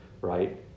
right